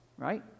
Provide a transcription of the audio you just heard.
right